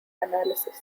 analysis